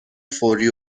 فوری